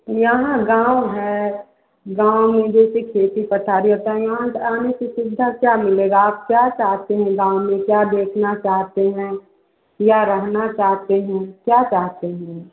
यहाँ गाँव है गाँव में जैसे खेती पटारी होती है यहाँ आने की चिंता क्या मिलेगा आप क्या चाहती हैं गाँव में क्या देखना चाहती हैं या रहना चाहती हैं क्या चाहती हैं